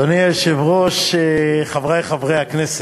אדוני היושב-ראש, חברי חברי הכנסת,